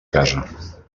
casa